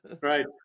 Right